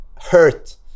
hurt